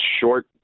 Short